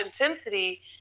intensity